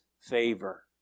favor